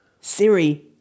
siri